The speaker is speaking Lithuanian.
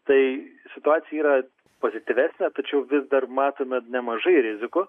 tai situacija yra pozityvesnė tačiau vis dar matome nemažai rizikų